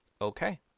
okay